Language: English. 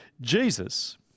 Jesus